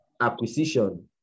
acquisition